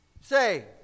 Say